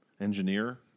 engineer